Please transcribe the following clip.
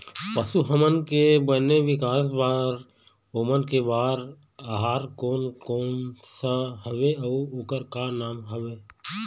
पशु हमन के बने विकास बार ओमन के बार आहार कोन कौन सा हवे अऊ ओकर का नाम हवे?